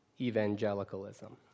Evangelicalism